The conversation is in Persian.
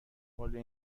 حوله